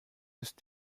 ist